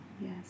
Yes